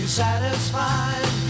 satisfied